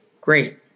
great